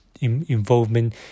involvement